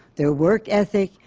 their work ethic,